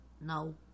No